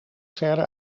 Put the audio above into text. verder